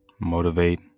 Motivate